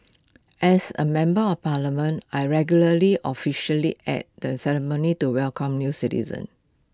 as A member of parliament I regularly officially at the ceremonies to welcome new citizens